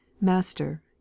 master